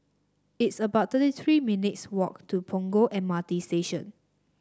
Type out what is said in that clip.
it's about thirty three minutes' walk to Punggol M R T Station